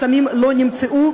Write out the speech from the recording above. הסמים לא נמצאו,